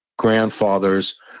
Grandfathers